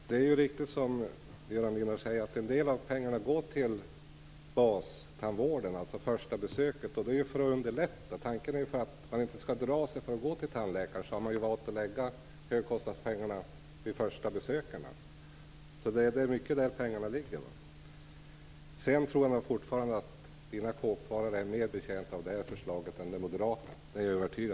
Fru talman! Det är riktigt, som Göran Lindblad säger, att en del av pengarna går till bastandvården, alltså till det första besöket. Man har valt att lägga mycket av högkostnadspengarna på förstabesökarna. Tanken är den att människorna inte skall dra sig för att gå till tandläkaren. Jag är fortfarande övertygad om att kåkfararna är mer betjänta av vårt förslag än av det moderata.